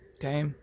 Okay